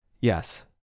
yes